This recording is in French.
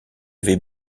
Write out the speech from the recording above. avait